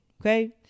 Okay